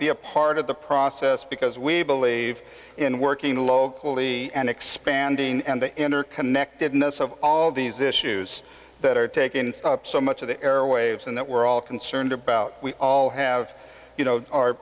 be a part of the process because we believe in working locally and expanding and the interconnectedness of all these issues that are taking up so much of the airwaves and that we're all concerned about we all have ou